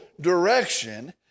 direction